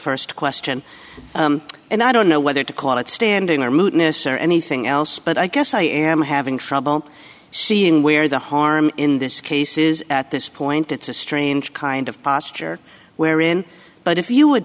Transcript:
ginsburg's st question and i don't know whether to call it standing or mootness or anything else but i guess i am having trouble seeing where the harm in this case is at this point it's a strange kind of posture where in but if you would